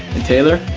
taylor,